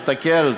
הסתכל,